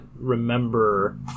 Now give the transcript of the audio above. remember